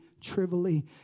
trivially